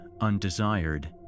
undesired